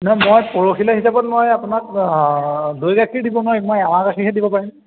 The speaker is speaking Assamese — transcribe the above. নাই মই পৰহিলৈ হিচাপত মই আপোনাক দৈ গাখীৰ দিব নোৱাৰিম মই এৱা গাখীৰহে দিব পাৰিম